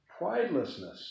pridelessness